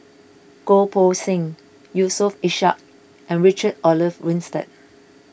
Goh Poh Seng Yusof Ishak and Richard Olaf Winstedt